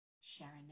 Sharon